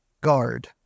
guard